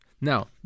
Now